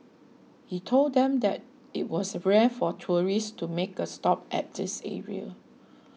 he told them that it was rare for tourists to make a stop at this area